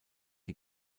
die